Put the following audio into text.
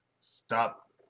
Stop